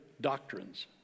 doctrines